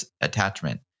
attachment